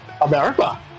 America